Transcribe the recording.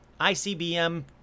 ICBM